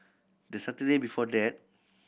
the Saturday before that